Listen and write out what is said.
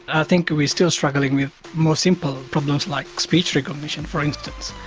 i think we're still struggling with more simple problems like speech recognition, for instance.